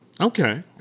Okay